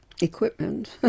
equipment